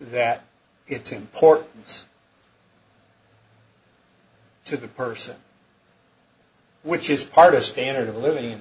that it's important to the person which is part of standard of living in